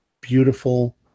beautiful